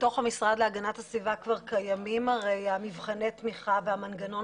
בתוך המשרד להגנת הסביבה כבר קיימים מבחני התמיכה והמנגנון